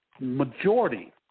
majority